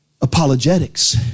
apologetics